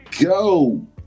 go